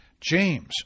James